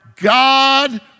God